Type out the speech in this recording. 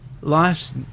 life's